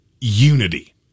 unity